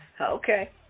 Okay